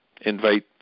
invite